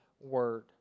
word